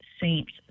saints